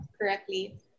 correctly